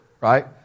right